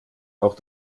auch